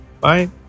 bye